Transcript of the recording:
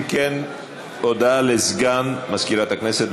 אם כן, הודעה לסגן מזכירת הכנסת.